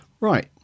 Right